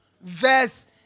verse